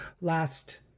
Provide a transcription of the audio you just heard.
last